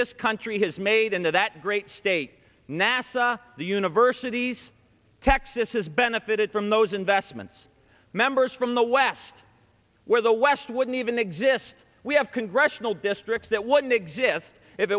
this country has made in that great state nasa the universities texas has benefited from those investments members from the west where the west wouldn't even exist we have congressional districts that wouldn't exist if